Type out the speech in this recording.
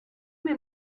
mir